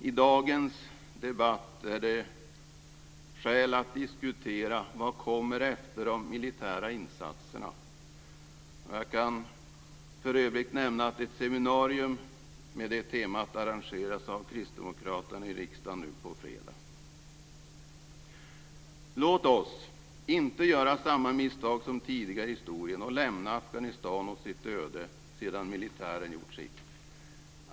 I dagens debatt finns det skäl att diskutera vad som kommer efter de militära insatserna. Jag kan för övrigt nämna att ett seminarium med det temat arrangeras av kristdemokraterna i riksdagen nu på fredag. Låt oss inte göra samma misstag som tidigare i historien och lämna Afghanistan åt sitt öde när militären gjort sitt.